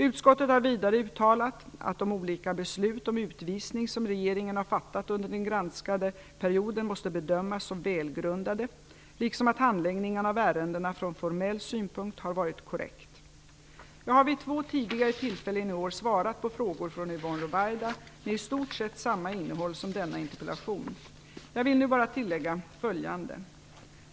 Utskottet har vidare uttalat att de olika beslut om utvisning som regeringen har fattat under den granskade perioden måste bedömas som välgrundade liksom att handläggningen av ärendena från formell synpunkt har varit korrekt. Jag har vid två tidigare tillfällen i år svarat på frågor från Yvonne Ruwaida med i stort sett samma innehåll som denna interpellation. Jag vill nu bara tillägga följande.